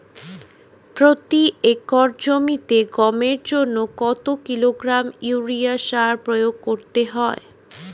প্রতি একর জমিতে গমের জন্য কত কিলোগ্রাম ইউরিয়া সার প্রয়োগ করতে হয়?